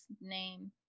name